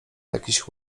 jakiś